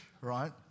right